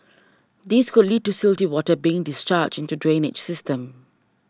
this could lead to silty water being discharged into the drainage system